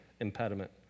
impediment